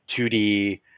2D